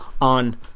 on